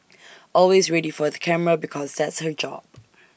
always ready for the camera because that's her job